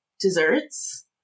desserts